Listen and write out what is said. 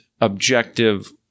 objective